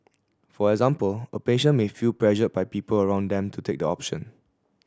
for example a patient may feel pressured by people around them to take the option